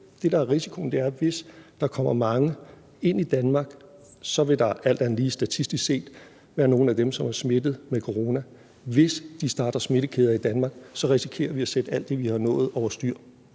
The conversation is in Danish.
risikoen, er, at hvis der kommer mange ind i Danmark, vil der alt andet lige statistisk set være nogle af dem, som er smittet med corona, og hvis de starter smittekæder i Danmark, risikerer vi at sætte alt det, vi har nået, over styr.